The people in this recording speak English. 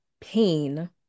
pain